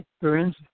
experience